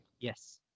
yes